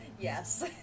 Yes